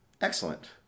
Excellent